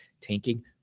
tanking